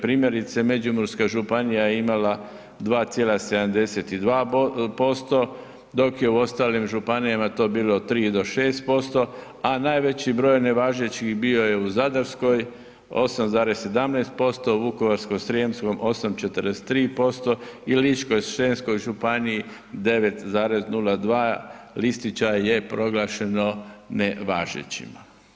Primjerice, Međimurska županija je imala 2,72% dok je u ostalim županijama to bilo od 3 do 6% a najveći broj nevažećih bio je u Zadarskoj 8,17%, u Vukovarsko-srijemskoj 8,43% i Ličko senjskoj županiji 9,02 listića je proglašeno nevažećima.